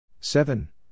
seven